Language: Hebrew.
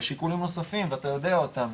יש שיקולים נוספים ואתה יודע אותם,